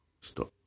Stop